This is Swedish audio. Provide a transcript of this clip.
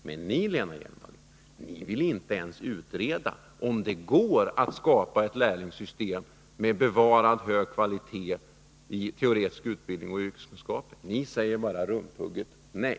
Men ni socialdemokrater vill inte ens utreda om det går att skapa ett lärlingssystem med bevarad hög kvalitet i teoretisk utbildning och yrkeskunskaper. Ni säger bara rumphugget nej.